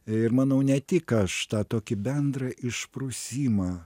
ir manau ne tik aš tą tokį bendrą išprusimą